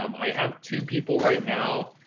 um i have two people right now.